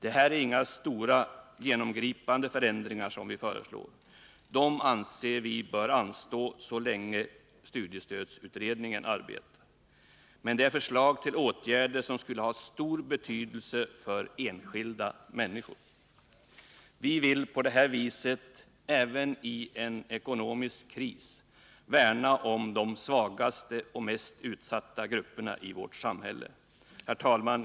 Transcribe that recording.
Det är inga stora genomgripande förändringar vi föreslår — dessa menar vi bör anstå så länge studiestödsutredningen arbetar. Men det är förslag till åtgärder som skulle ha stor betydelse för enskilda människor. Vi vill på det här viset, även i en ekonomisk kris, värna om de svagaste och mest utsatta grupperna i vårt samhälle. Herr talman!